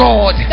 God